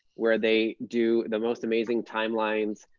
where they do the most amazing timelines.